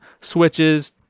switches